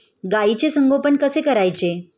गाईचे संगोपन कसे करायचे?